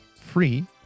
free